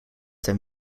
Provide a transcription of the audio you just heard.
ten